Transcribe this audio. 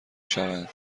شوند